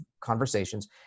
conversations